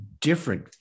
different